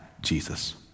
Jesus